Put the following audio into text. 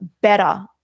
better